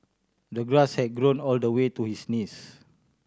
the grass had grown all the way to his knees